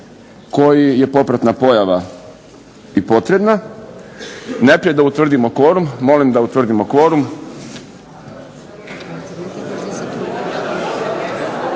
koji je popratna pojava i potrebna. Najprije da utvrdimo kvorum. Molim da utvrdimo kvorum.